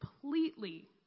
completely